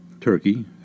turkey